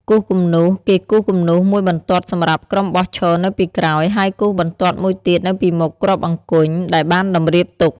គូសគំនូស គេគូសគំនូសមួយបន្ទាត់សម្រាប់ក្រុមបោះឈរនៅពីក្រោយ ហើយគូសបន្ទាត់មួយទៀតនៅពីមុខគ្រាប់អង្គញ់ដែលបានតម្រៀបទុក ។